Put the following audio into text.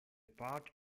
part